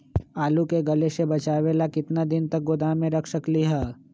आलू के गले से बचाबे ला कितना दिन तक गोदाम में रख सकली ह?